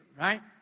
Right